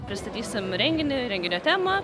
pristatysim renginį renginio temą